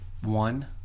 one